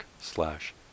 slash